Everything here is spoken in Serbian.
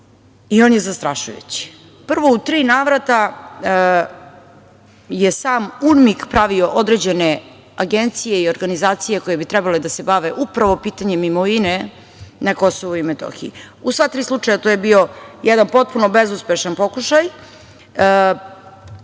i on je zastrašujući. Prvo, u tri navrata je sam UNMIK pravio određene agencije i organizacije koje bi trebale da se bave upravo pitanjem imovine na KiM. U sva tri slučaja to je bio jedan potpuno bezuspešan pokušaj.